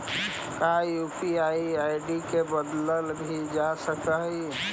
का UPI ID के बदलल भी जा सकऽ हई?